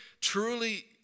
truly